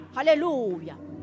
Hallelujah